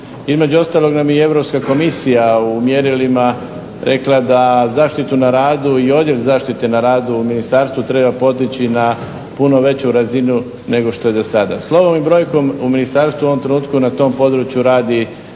Između ostalog nam je i Europska komisija u mjerilima rekla da zaštitu na radu i Odjel zaštite na radu u ministarstvu treba podići na puno veću razinu nego što je do sada. Slovom i brojkom u ministarstvu u ovom trenutku na tom području radi